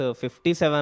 57